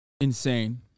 insane